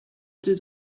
did